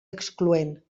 excloent